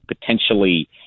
potentially